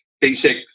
basic